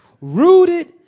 rooted